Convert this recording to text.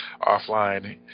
offline